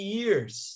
years